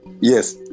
yes